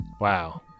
Wow